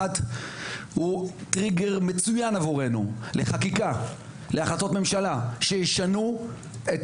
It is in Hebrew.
אחד הוא טריגר מצוין עבורנו לחקיקה להחלטות ממשלה שישנו את